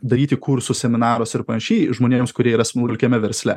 daryti kursus seminarus ir panašiai žmonėms kurie yra smulkiame versle